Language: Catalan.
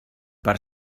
per